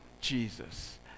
Jesus